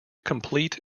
complete